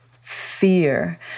fear